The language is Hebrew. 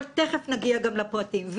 אבל תכף נגיע גם לפרטים.